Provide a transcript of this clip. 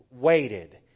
waited